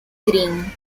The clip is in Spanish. green